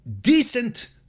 decent